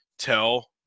tell